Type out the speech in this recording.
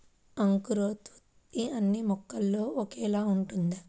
అంకురోత్పత్తి అన్నీ మొక్కలో ఒకేలా ఉంటుందా?